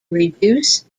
reduce